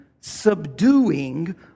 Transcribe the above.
subduing